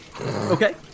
Okay